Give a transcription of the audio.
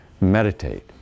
meditate